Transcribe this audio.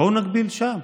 בואו נגביל שם.